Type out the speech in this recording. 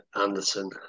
Anderson